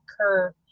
curve